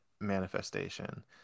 manifestation